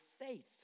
faith